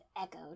echoed